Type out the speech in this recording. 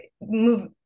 move